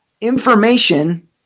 information